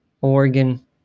Oregon